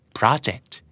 project